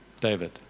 David